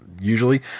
usually